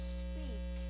speak